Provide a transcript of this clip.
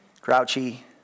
grouchy